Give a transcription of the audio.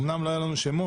אומנם לא היו לנו שמות,